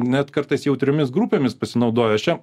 net kartais jautriomis grupėmis pasinaudojo aš jam